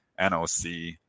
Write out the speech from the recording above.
NOC